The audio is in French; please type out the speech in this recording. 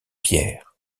pierres